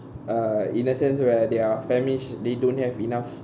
uh in a sense where their families they don't have enough